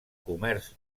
comerç